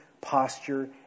posture